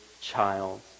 child